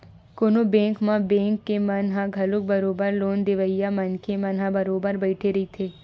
कोनो बेंक म बेंक के मन ह घलो बरोबर लोन देवइया मनखे मन ह बरोबर बइठे रहिथे